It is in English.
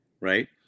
right